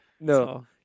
No